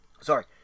sorry